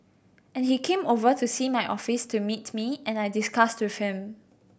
and he came over to see my office to meet me and I discussed with him